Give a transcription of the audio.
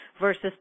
versus